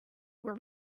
were